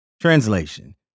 Translation